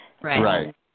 Right